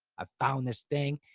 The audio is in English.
i found this thing.